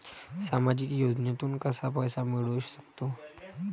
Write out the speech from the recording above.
सामाजिक योजनेतून कसा पैसा मिळू सकतो?